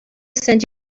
send